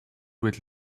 with